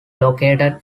located